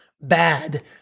bad